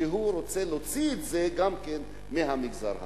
הוא רוצה להוציא גם את זה מהמגזר הערבי.